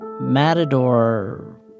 Matador